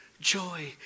joy